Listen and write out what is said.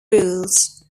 rules